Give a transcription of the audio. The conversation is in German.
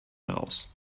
heraus